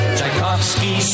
Tchaikovsky